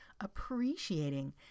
appreciating